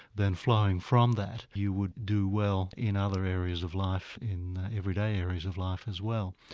then flowing from that you would do well in other areas of life, in everyday areas of life as well.